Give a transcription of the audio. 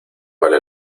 vale